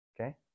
Okay